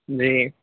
جی